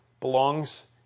belongs